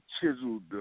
chiseled